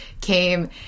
came-